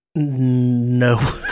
no